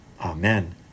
Amen